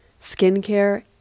skincare